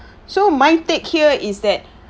so my take here is that